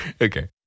Okay